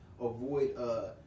avoid